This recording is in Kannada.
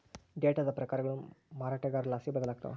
ಡೇಟಾದ ಪ್ರಕಾರಗಳು ಮಾರಾಟಗಾರರ್ಲಾಸಿ ಬದಲಾಗ್ತವ